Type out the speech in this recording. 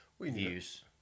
views